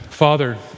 Father